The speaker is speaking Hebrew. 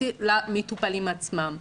מבחינתי עם המטופלים עצמם.